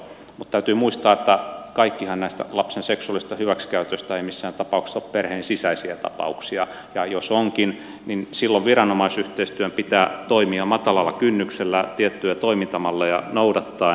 mutta täytyy muistaa että kaikkihan näistä lapsen seksuaalisista hyväksikäytöistä eivät missään tapauksessa ole perheensisäisiä tapauksia ja jos onkin niin silloin viranomaisyhteistyön pitää toimia matalalla kynnyksellä tiettyjä toimintamalleja noudattaen